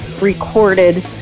recorded